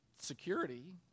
security